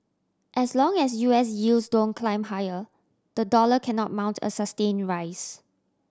as long as U S yields don't climb higher the dollar cannot mount a sustained rise